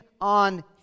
on